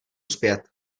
zpět